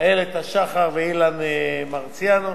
איילת השחר ואילן מרסיאנו.